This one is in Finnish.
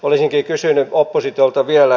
olisinkin kysynyt oppositiolta vielä